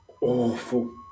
awful